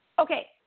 Okay